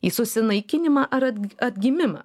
į susinaikinimą ar atgimimą